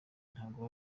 ntabwo